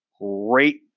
great